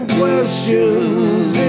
questions